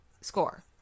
score